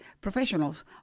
professionals